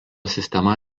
sistema